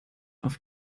auf